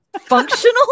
functional